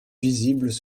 visibles